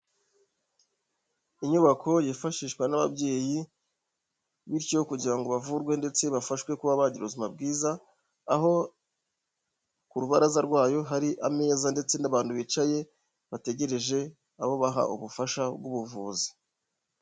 Inyubako yifashishwa n'ababyeyi bityo kugira ngo bavurwe ndetse bafashwe kuba bagira ubuzima bwiza aho ku rubaraza rwayo hari ameza ndetse n'abantu bicaye bategereje abo baha ubufasha bw'ubuvuzi.